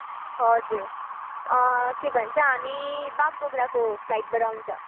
हजुर के भन्छ हामी बागडोग्राको फ्लाइटबाट आउँछ